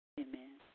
Amen